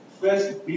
first